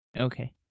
okay